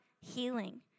healing